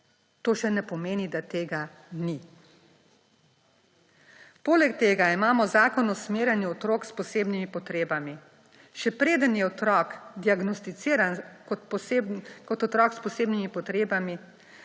to še ne pomeni, da tega ni. Poleg tega imamo Zakon o usmerjanju otrok s posebnimi potrebami. Še preden je otrok diagnosticiran kot otrok s posebnimi potrebami,